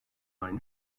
aynı